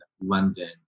London